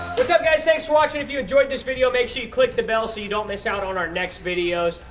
what's up, guys? thanks for watching. if you enjoyed this video, make sure you click the bell, so you don't miss out on our next videos.